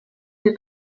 dei